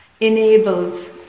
enables